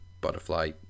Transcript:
butterfly